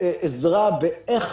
עזרה באיך